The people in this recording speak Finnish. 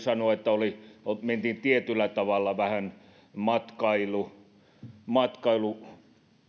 sanoa että alkuun mentiin tietyllä tavalla vähän matkailu matkailu